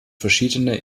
verschiedene